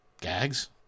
Gags